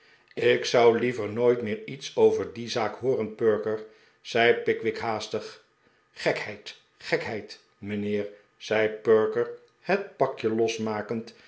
ik zou liever nooit meer iets over die zaak hooren perker zei pickwick haastig gekheid gekheid mijnheer zei perker het pakje losmakend